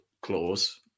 clause